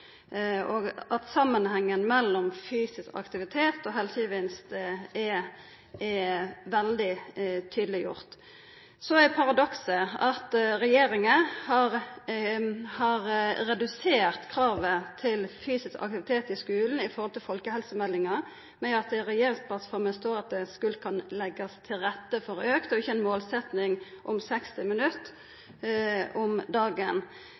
Samanhengen mellom fysisk aktivitet og helsegevinst er gjord veldig tydeleg. Paradokset er at regjeringa har redusert kravet til fysisk aktivitet i skulen i forhold til det som står i folkehelsemeldinga, for i regjeringsplattforma står det at skulen skal leggja til rette for auka fysisk aktivitet, men det er ikkje ei målsetjing om 60 minutt om dagen.